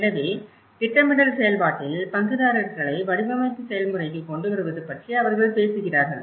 எனவே திட்டமிடல் செயல்பாட்டில் பங்குதாரர்களை வடிவமைப்பு செயல்முறைக்கு கொண்டு வருவது பற்றி அவர்கள் பேசுகிறார்கள்